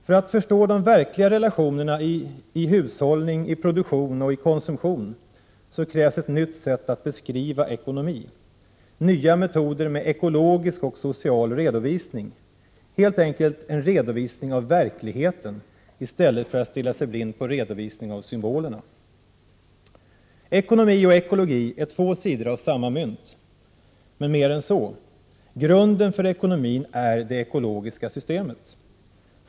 För att förstå de verkliga relationerna i hushållning i produktion och i konsumtion krävs ett nytt sätt att beskriva ekonomi: nya metoder med ekologisk och social redovisning. Helt enkelt en redovisning av verkligheten i stället för att man stirrar sig blind på redovisning av symbolerna. Ekonomi och ekologi är två sidor av samma mynt. Men mer än så: grunden för ekonomin är det ekologiska systemet.